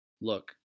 Look